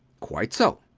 quite so.